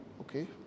okay